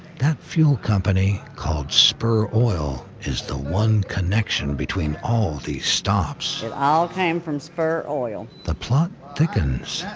that fuel company, called spur oil, is the one connection between all these stops. it all came from spur oil. the plot thickens.